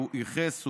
הוא ייחס,